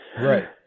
Right